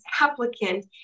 applicant